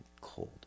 cold